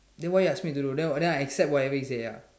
then what you expect me to do then I then I accept whatever he say ah